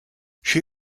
she